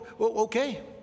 okay